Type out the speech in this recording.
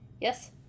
Yes